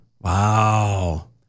Wow